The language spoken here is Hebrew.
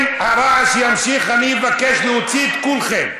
אם הרעש ימשיך אני אבקש להוציא את כולכם.